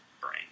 brain